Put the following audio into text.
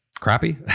crappy